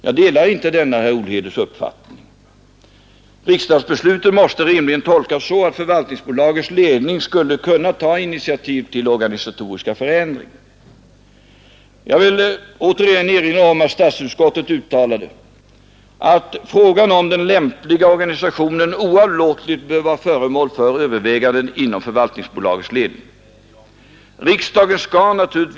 Jag skall inte alltför mycket fördjupa mig i historiken, därför att den har varit publicerad. Men i korthet innebär den att aktierna så småningom övergick från Credentia till ASSI och Tobaksbolaget, och Alfatomter kom in i bilden. De såldes längre fram till pensionskassan för Svenska tobaksaktiebolagets förvaltningspersonals understödsförening.